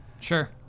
Sure